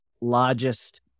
largest